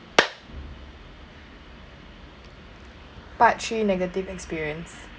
part three negative experience